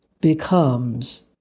Becomes